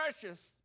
precious